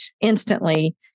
instantly